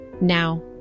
Now